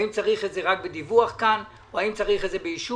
האם צריך את זה רק בדיווח כאן או האם צריך את זה באישור.